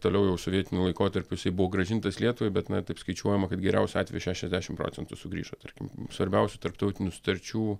toliau jau sovietiniu laikotarpiu jisai buvo grąžintas lietuvai bet na taip skaičiuojama kad geriausiu atveju šešiasdešim procentų sugrįžo tarkim svarbiausių tarptautinių sutarčių